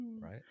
right